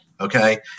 Okay